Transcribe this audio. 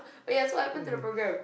oh yeah so what happened to the program